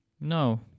No